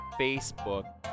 Facebook